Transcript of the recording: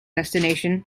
destination